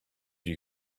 you